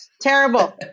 terrible